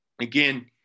again